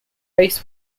ice